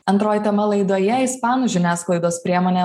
antroji tema laidoje ispanų žiniasklaidos priemonė